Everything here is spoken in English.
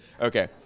Okay